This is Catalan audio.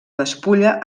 despulla